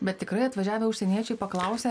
bet tikrai atvažiavę užsieniečiai paklausia